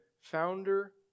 founder